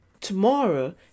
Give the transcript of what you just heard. Tomorrow